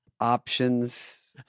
options